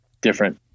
different